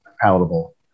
palatable